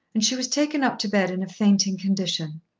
and she was taken up to bed in a fainting condition.